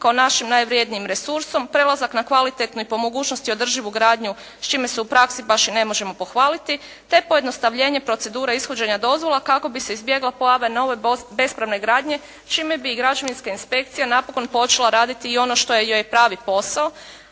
kao našim najvrjednijim resursom, prelazak na kvalitetnu i po mogućnosti održivu gradnju, s čime se u praksi baš i ne možemo pohvaliti te pojednostavljenje procedure ishođenja dozvola kako bi se izbjegla pojava na ove bespravne gradnje, čime bi građevinska inspekcija napokon počela raditi i ono što joj je i pravi posao,